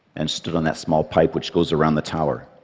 and stood on that small pipe which goes around the tower.